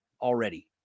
already